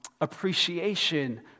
appreciation